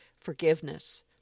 forgiveness